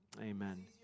Amen